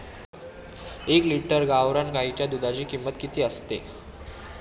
एक लिटर गावरान गाईच्या दुधाची किंमत किती असते?